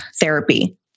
therapy